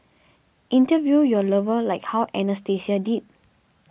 interview your lover like how Anastasia did